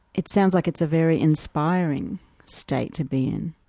it sounds like it's a very inspiring state to be in.